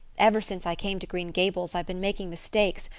ever since i came to green gables i've been making mistakes,